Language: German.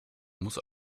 muss